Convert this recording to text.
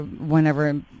whenever